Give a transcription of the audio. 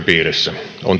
on